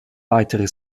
weitere